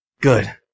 Good